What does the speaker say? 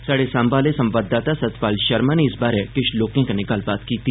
स्हाड़े सांबा आह्ले संवाददाता सतपाल षर्मा नै इस बारै किष लोकें कन्नै गल्लबात कीती